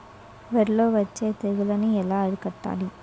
వరిలో వచ్చే తెగులని ఏలా అరికట్టాలి?